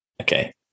Okay